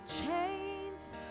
chains